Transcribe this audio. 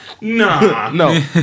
No